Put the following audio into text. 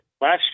last